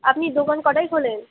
আপনি দোকান কটায় খোলেন